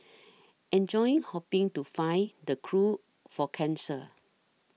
enjoying hoping to find the cure for cancer